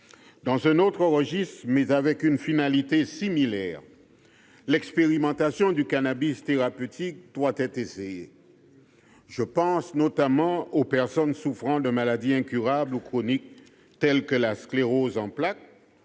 Dans un autre registre, mais avec une finalité similaire, l'expérimentation du cannabis thérapeutique doit être engagée. Je pense notamment aux personnes souffrant de maladies incurables ou chroniques telles que la sclérose en plaques,